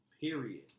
period